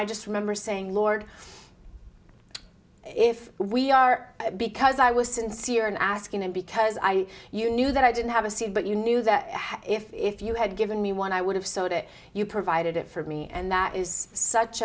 i just remember saying lord if we are because i was sincere in asking and because i you knew that i didn't have a c but you knew that if you had given me one i would have sold it you provided it for me and that is such